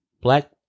Black